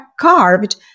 carved